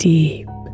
Deep